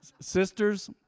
Sisters